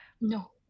No